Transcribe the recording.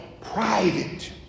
Private